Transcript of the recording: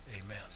Amen